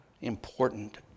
important